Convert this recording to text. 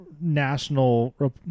national